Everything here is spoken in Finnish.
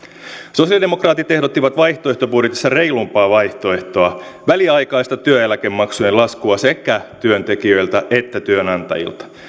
sosialidemokraatit ehdottivat vaihtoehtobudjetissa reilumpaa vaihtoehtoa väliaikaista työeläkemaksujen laskua sekä työntekijöiltä että työnantajilta